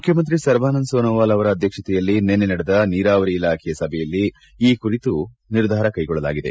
ಮುಖ್ಯಮಂತ್ರಿ ಸರ್ಬಾನಂದ್ ಸೊನೊವಾಲ್ ಅವರ ಅಧ್ಯಕ್ಷತೆಯಲ್ಲಿ ನಿನ್ನೆ ನಡೆದ ನೀರಾವರಿ ಇಲಾಖೆಯ ಸಭೆಯಲ್ಲಿ ಈ ಕುರಿತು ನಿರ್ಧಾರ ಕೈಗೊಳ್ಳಲಾಗಿದೆ